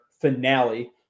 finale –